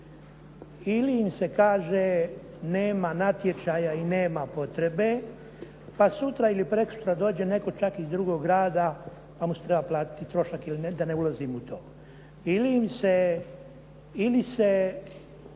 Ili im se kaže nema natječaja i nema potrebe, pa sutra ili preksutra dođe netko čak iz drugog grada pa mu se treba platiti trošak ili da ne ulazim u to. Ili im se,